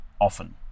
often